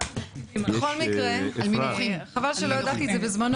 חבל שלא ידעתי את זה בזמנו,